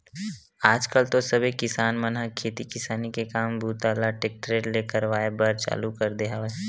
आज कल तो सबे किसान मन ह खेती किसानी के काम बूता ल टेक्टरे ले करवाए बर चालू कर दे हवय